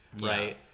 right